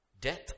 death